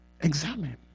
Examine